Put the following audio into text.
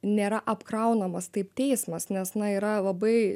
nėra apkraunamas taip teismas nes na yra labai